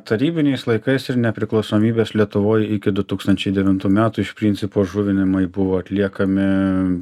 tarybiniais laikais ir nepriklausomybės lietuvoj iki du tūkstančiai devintų metų iš principo žuvinimai buvo atliekami